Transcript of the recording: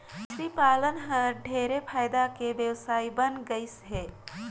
मछरी पालन हर ढेरे फायदा के बेवसाय बन गइस हे